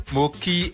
Moki